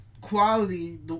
quality